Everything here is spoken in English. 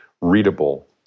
readable